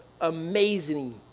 amazing